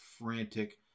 frantic